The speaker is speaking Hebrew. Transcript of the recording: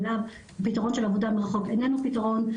הפתרון של עבודה מרחוק איננו פתרון,